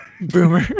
Boomer